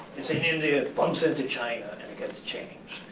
you say india bumps into china and and gets changed.